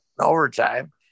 overtime